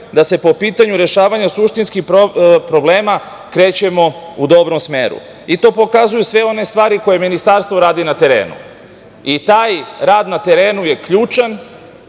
da se po pitanju rešavanja suštinskih problema krećemo u dobrom smeru i to pokazuju sve one stvari koje Ministarstvo radi na terenu i taj rad na terenu je ključan